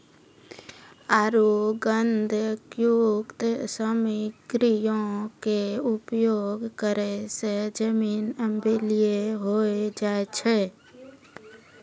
आरु गंधकयुक्त सामग्रीयो के उपयोग करै से जमीन अम्लीय होय जाय छै